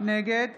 נגד